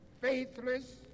faithless